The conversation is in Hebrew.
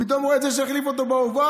פתאום הוא רואה את זה שהחליף אותו באורווה,